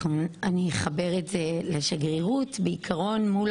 אנחנו עובדים עכשיו על זה שכל אזרח אוקראינה שהיה